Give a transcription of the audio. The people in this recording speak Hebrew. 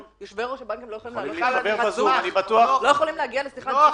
יושבי-ראש הבנקים לא יכולים להגיע לשיחת זום?